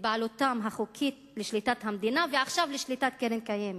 מבעלותן החוקית לשליטת המדינה ועכשיו לשליטת קרן קיימת.